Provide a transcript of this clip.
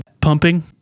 Pumping